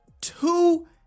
two